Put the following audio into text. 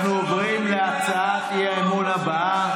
אנחנו עוברים להצעת האי-אמון הבאה.